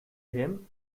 him